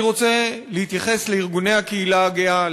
אני רוצה להתייחס לארגוני הקהילה הגאה,